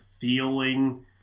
feeling